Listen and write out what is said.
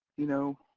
you know,